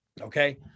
Okay